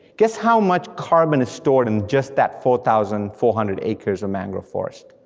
guess how much carbon is stored in just that four thousand four hundred acres of mangrove forest?